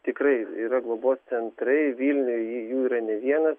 tikrai yra globos centrai vilniuj ir jų yra ne vienas